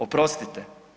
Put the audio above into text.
Oprostite.